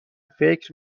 فکر